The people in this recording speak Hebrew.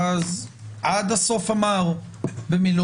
אז עד הסוף המר במלונית.